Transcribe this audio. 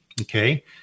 Okay